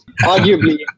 Arguably